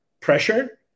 pressure